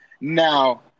Now